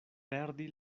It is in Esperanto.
perdi